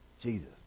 Jesus